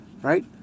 right